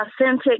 authentic